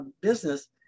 business